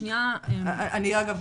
אגב,